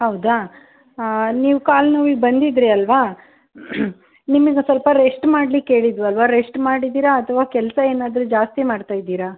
ಹೌದಾ ನೀವು ಕಾಲು ನೋವಿಗೆ ಬಂದಿದ್ದಿರಿ ಅಲ್ಲವಾ ನಿಮಿಗೆ ಸ್ವಲ್ಪ ರೆಶ್ಟ್ ಮಾಡ್ಲಿಕ್ಕೆ ಹೇಳಿದ್ವಲ್ಲ ರೆಶ್ಟ್ ಮಾಡಿದ್ದೀರಾ ಅಥವಾ ಕೆಲಸ ಏನಾದರೂ ಜಾಸ್ತಿ ಮಾಡ್ತಾ ಇದ್ದೀರಾ